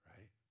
Right